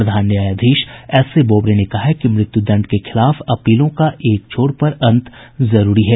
प्रधान न्यायाधीश S A Bobde ने कहा कि मृत्युदंड के खिलाफ अपीलों का एक छोर पर अंत जरूरी है